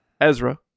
Ezra